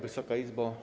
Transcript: Wysoka Izbo!